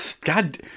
God